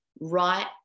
right